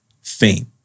fame